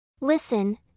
Listen